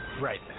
Right